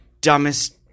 dumbest